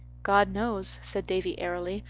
god knows, said davy airily,